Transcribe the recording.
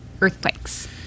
earthquakes